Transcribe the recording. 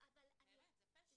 באמת זה פשע.